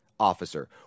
officer